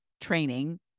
training